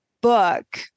book